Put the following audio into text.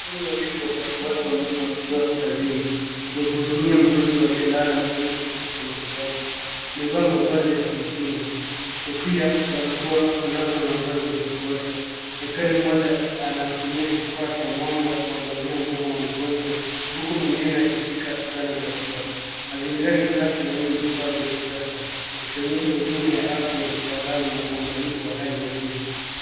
Madaktari wawili wa upasuaji wa meno wakiwa kazini wakimhudumia mgonjwa aliyelala kwenye kiti cha matibabu. Wamevaa mavazi ya kujikinga; kofia, barakoa, glavu na mavazi ya upasuaji. Daktari mmoja anatumia kifaa cha mwanga kuangazia mdomo wa mgonjwa huku mwengine akishika zana za tiba. Mazingira ni safi na yenye vifaa vya kisasa ikionyesha huduma ya afya ya kitaalamu yenye uangalifu wa hali ya juu.